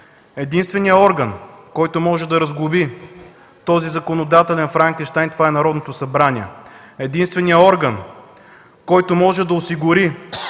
единственият орган, който може да разглоби този законодателен Франкенщайн, е Народното събрание. Единственият орган, който може да осигури